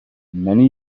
many